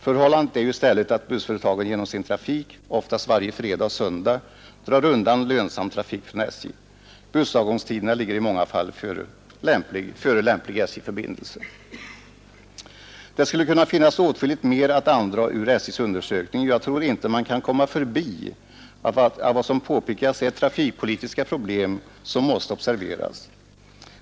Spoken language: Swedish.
Förhållandet är ju i stället att bussföretagen genom sin trafik — oftast varje fredag och söndag — drar undan lönsam trafik från SJ. Bussavgångstiderna ligger i många fall före lämplig SJ-förbindelse. Det skulle kunna finnas åtskilligt mera att andra ur SJ:s undersökning, och jag tror inte man kan komma förbi att vad som här påpekas är trafikpolitiska problem som måste observeras.